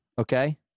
Okay